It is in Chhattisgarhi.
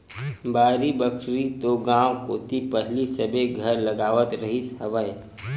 बाड़ी बखरी तो गाँव कोती पहिली सबे घर लगावत रिहिस हवय